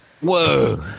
Whoa